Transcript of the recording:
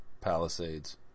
Palisades